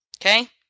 Okay